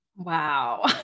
Wow